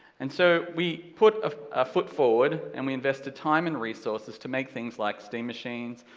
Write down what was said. and so, we put a foot forward, and we invested time and resources to make things like steam machines,